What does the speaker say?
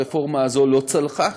הרפורמה הזאת לא צלחה.